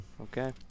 Okay